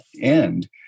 end